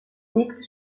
siegte